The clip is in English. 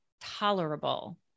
tolerable